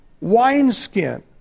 wineskin